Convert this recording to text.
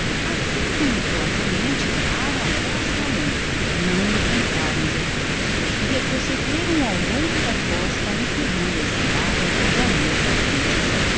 assim tumultuosamente erraram até áscalon não encontraram jesus e retrocederam ao longo da costa enterrando as sandálias nas areias ardentes